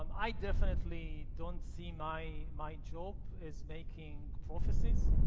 um i definitely don't see my my job is making prophecies.